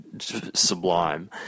sublime